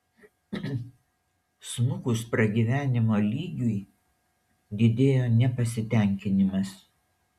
smukus pragyvenimo lygiui didėjo nepasitenkinimas